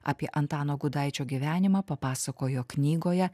apie antano gudaičio gyvenimą papasakojo knygoje